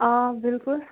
آ بلکُل